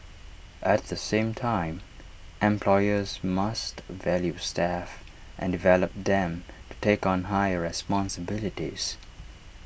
at the same time employers must value staff and develop them to take on higher responsibilities